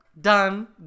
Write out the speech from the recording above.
done